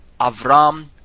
Avram